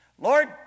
Lord